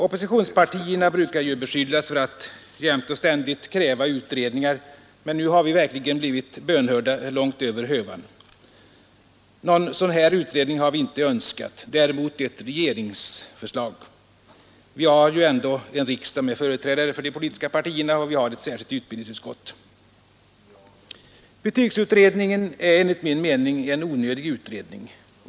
Oppositionspartierna brukar ju beskyllas för att jämt och ständigt kräva utredningar, men nu har vi verkligen blivit bönhörda långt över hövan. Någon sådan här utredning har vi inte önskat, däremot ett regeringsförslag. Vi har ju ändå en riksdag med företrädare för de politiska partierna, och vi har ett särskilt utbildningsutskott. Betygsutredningen är enligt min mening en onödig utredning.